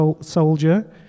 soldier